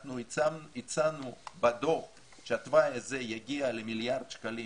אנחנו הצענו בדוח שהתוואי הזה יגיע למיליארד שקלים,